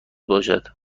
باشد